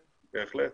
בהחלט.